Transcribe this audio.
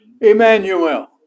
Emmanuel